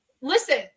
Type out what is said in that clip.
Listen